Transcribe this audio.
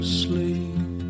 sleep